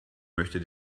möchte